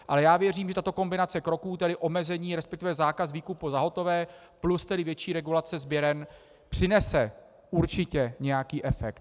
Ale já věřím, že tato kombinace kroků, tedy omezení, respektive zákaz výkupu za hotové plus větší regulace sběren, přinese určitě nějaký efekt.